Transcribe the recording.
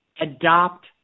adopt